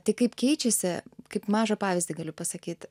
tai kaip keičiasi kaip mažą pavyzdį galiu pasakyt